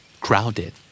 Crowded